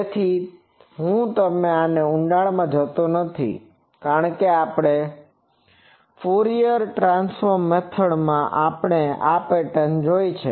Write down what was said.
તેથી હું તેમાં ઊંડાણમાં જતો નથી કારણ કે ફ્યુરિયર ટ્રાન્સફોર્મ પદ્ધતિમાં પણ આપણે આ પેટર્ન જોઈ છે